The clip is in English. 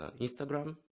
Instagram